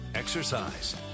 Exercise